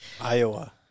Iowa